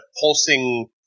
pulsing